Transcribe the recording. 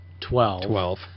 Twelve